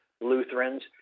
Lutherans